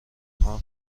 های